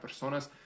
personas